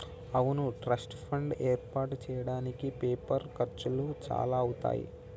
అవును trust fund ఏర్పాటు చేయడానికి పేపర్ ఖర్చులు చాలా అవుతాయి